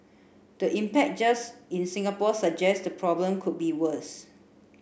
the impact just in Singapore suggest the problem could be worse